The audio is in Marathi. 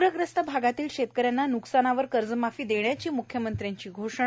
पूरग्रस्त भागातील शेतकऱ्यांना नुकसानावर कर्जमाफी देण्याची मुख्यमंत्र्यांची घोषणा